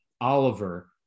Oliver